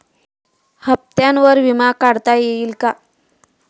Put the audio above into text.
हप्त्यांवर विमा काढता येईल का?